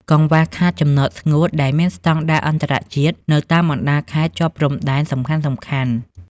កង្វះខាត "ចំណតស្ងួត" ដែលមានស្ដង់ដារអន្តរជាតិ នៅតាមបណ្ដាខេត្តជាប់ព្រំដែនសំខាន់ៗ។